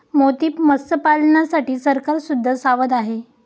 मोती मत्स्यपालनासाठी सरकार सुद्धा सावध आहे